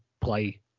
play